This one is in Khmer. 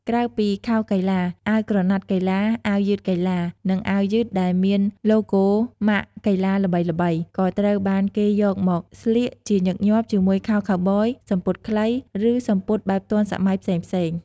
ក្រៅពីខោកីឡា អាវក្រណាត់កីឡា អាវយឺតកីឡា និងអាវយឺតដែលមានឡូហ្គោម៉ាកកីឡាល្បីៗក៏ត្រូវបានគេយកមកស្លៀកជាញឹកញាប់ជាមួយខោខូវប៊យ សំពត់ខ្លី ឬសំពត់បែបទាន់សម័យផ្សេងៗ។